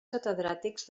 catedràtics